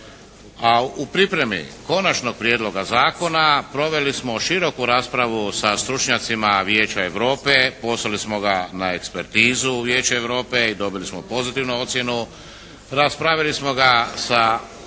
u pripremi Konačnog prijedloga zakona proveli smo široku raspravu sa stručnjacima Vijeća Europe. Poslali smo ga na ekspertizu u Vijeće Europe i dobili smo pozitivnu ocjenu. Raspravili smo ga sa